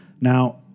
Now